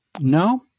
No